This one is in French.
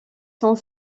sont